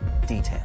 details